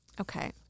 Okay